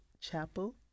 chapel